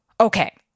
okay